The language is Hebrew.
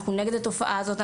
אנחנו נגד התופעה הזאת.